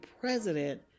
president